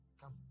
Come